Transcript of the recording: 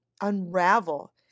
unravel